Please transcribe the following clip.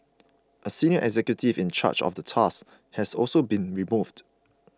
a senior executive in charge of the task has also been removed